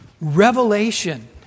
Revelation